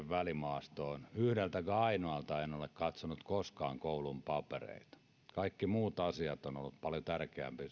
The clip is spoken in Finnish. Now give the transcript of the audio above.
välimaastosta yhdeltä ainoaltakaan en ole katsonut koskaan koulun papereita kaikki muut asiat ovat olleet paljon tärkeämpiä